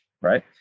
right